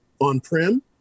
on-prem